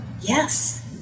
yes